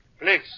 Please